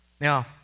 Now